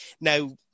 Now